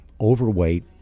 overweight